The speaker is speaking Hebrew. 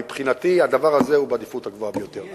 מבחינתי, הדבר הזה הוא בעדיפות הגבוהה ביותר.